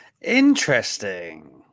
Interesting